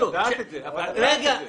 אבל לדעת את זה, אבל לדעת את זה.